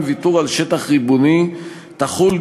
איראן וצפון-קוריאה